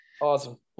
Awesome